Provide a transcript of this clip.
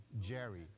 Jerry